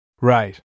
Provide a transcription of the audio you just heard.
Right